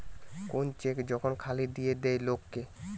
কোন চেক যখন খালি দিয়ে দেয় লোক কে